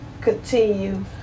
continue